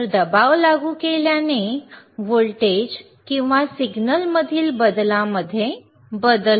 तर दबाव लागू केल्याने व्होल्टेज किंवा सिग्नलमधील बदलामध्ये बदल होईल